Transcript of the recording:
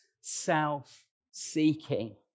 self-seeking